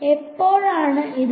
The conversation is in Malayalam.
എപ്പോഴാണ് ഇത്